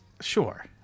Sure